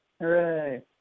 Hooray